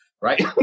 Right